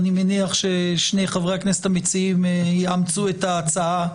ואני מאמין ששני חברי הכנסת המציעים יאמצו את ההצעה.